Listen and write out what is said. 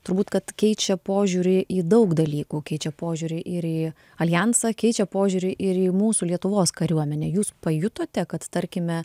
turbūt kad keičia požiūrį į daug dalykų keičia požiūrį ir į aljansą keičia požiūrį ir į mūsų lietuvos kariuomenę jūs pajutote kad tarkime